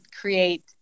create